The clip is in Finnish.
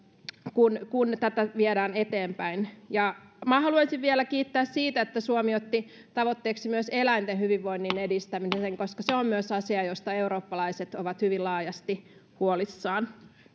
kun kun tätä viedään eteenpäin minä haluaisin vielä kiittää siitä että suomi otti tavoitteeksi myös eläinten hyvinvoinnin edistämisen koska se on myös asia josta eurooppalaiset ovat hyvin laajasti huolissaan